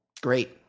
great